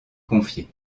confiée